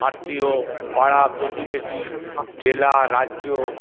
আত্মীয় পাড়া প্রতিবেশী জেলা রাজ্য